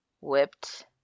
whipped